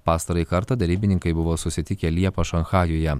pastarąjį kartą derybininkai buvo susitikę liepą šanchajuje